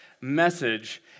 message